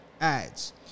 ads